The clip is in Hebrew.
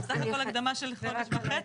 זה בסך הכל הקדמה של חודש וחצי.